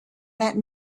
that